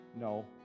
no